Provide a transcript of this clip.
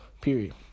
period